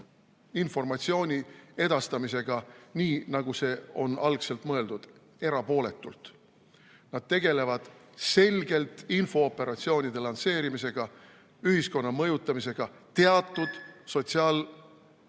informatsiooni edastamisega nii, nagu see on algselt mõeldud, erapooletult. Nad tegelevad selgelt infooperatsioonide lansseerimisega, ühiskonna mõjutamisega teatud sotsiaalpoliitilise